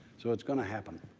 so it's going to happen.